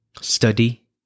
study